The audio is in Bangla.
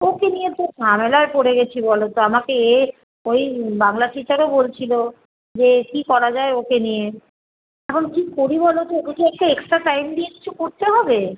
ওকে নিয়ে তো ঝামেলায় পড়ে গেছি বলো তো আমাকে এ ওই বাংলা টিচারও বলছিলো যে কী করা যায় ওকে নিয়ে এখন কী করি বলো তো ওকে কি এক্সট্রা টাইম দিয়ে কিছু করতে হবে